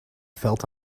felt